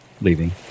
leaving